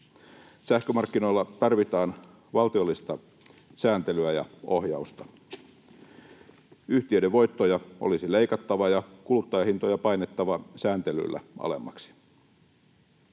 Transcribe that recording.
Sähkömarkkinoilla tarvitaan valtiollista sääntelyä ja ohjausta. Yhtiöiden voittoja olisi leikattava ja kuluttajahintoja painettava sääntelyllä alemmaksi.